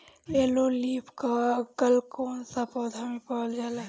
Yellow leaf curl कौन सा पौधा में पावल जाला?